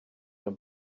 and